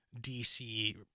DC